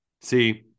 See